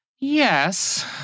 Yes